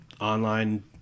online